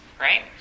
right